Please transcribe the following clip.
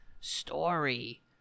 story